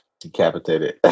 decapitated